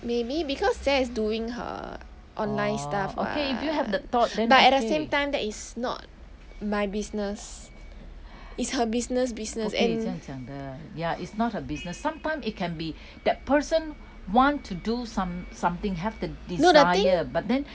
maybe because 姐 is doing her online stuff [what] but at the same time that is not my business is her business business and but the thing